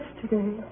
Yesterday